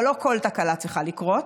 אבל לא כל תקלה צריכה לקרות,